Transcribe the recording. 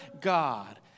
God